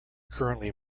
currently